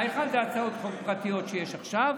האחת, הצעות החוק הפרטיות שיש עכשיו,